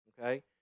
okay